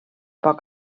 poc